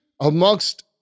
amongst